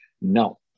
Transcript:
No